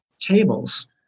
tables